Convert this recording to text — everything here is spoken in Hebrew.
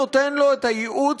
מי שנותן לו ייעוץ